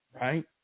Right